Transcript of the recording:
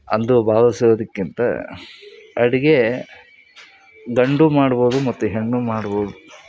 ಅಂದು ಭಾವಿಸೋದಕ್ಕಿಂತ ಅಡ್ಗೆ ಗಂಡೂ ಮಾಡ್ಬೋದು ಮತ್ತು ಹೆಣ್ಣೂ ಮಾಡ್ಬೋದು